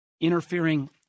interfering